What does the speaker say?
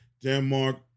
Denmark